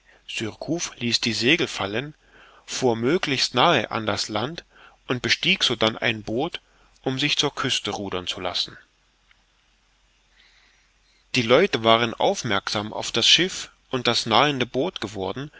ließ die segel fallen fuhr möglichst nahe an das land und bestieg sodann ein boot um sich zur küste rudern zu lassen die leute waren aufmerksam auf das schiff und das nahende boot geworden